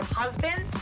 husband